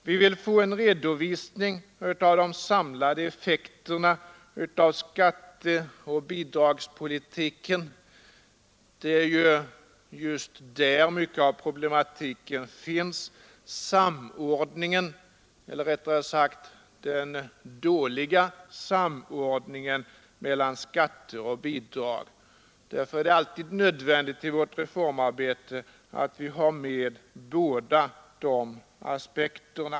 Vi vill få en redovisning av de samlade effekterna av skatteoch bidragspolitiken. Många av problemen gäller just samordningen eller, rättare sagt, den dåliga samordningen mellan skatter och bidrag. Det är nödvändigt att vi i vårt reformarbete tar hänsyn till båda dessa aspekter.